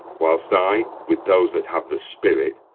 whilst i, with those that have the spirit,